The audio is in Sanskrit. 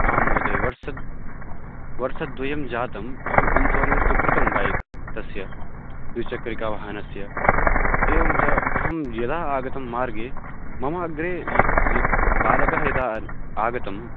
आं महोदय वर्षद् वर्षद्वयं जातम् अहम् इन्सूरेन्स् तु कृतं बैक् तस्य द्विचक्रिकावाहनस्य एवं च अहं यदा आगतः मार्गे मम अग्रे यद् यद् बालकः यदा आगतः